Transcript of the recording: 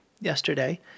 yesterday